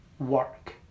work